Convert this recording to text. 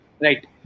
Right